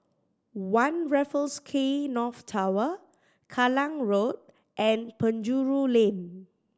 One Raffles Quay North Tower Kallang Road and Penjuru Lane